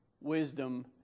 wisdom